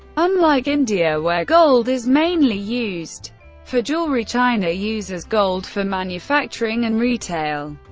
unlike india where gold is mainly used for jewelry, china uses gold for manufacturing and retail.